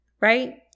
Right